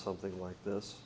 something like this